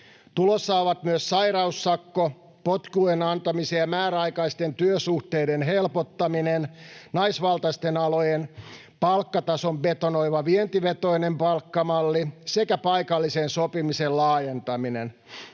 Tulossa ovat myös sairaussakko, potkujen antamisen ja määräaikaisten työsuhteiden helpottaminen, naisvaltaisten alojen palkkatason betonoiva vientivetoinen palkkamalli sekä paikallisen sopimisen laajentaminen.